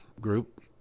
group